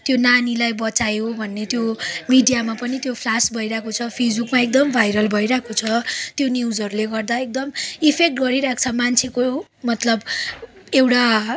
त्यो नानीलाई बचायो भन्ने त्यो मिडियामा पनि त्यो फ्लास भइरहेको छ फेसबुकमा एकदम भाइरल भइरहेको छ त्यो न्युजहरूले गर्दा एकदम इफेक्ट गरिरहेको छ मान्छेको मतलब एउटा